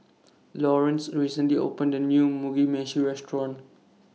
Lawrance recently opened The New Mugi Meshi Restaurant